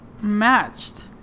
matched